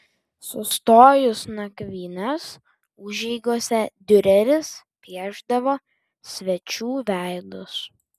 sustojus nakvynės užeigose diureris piešdavo svečių veidus